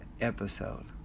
episode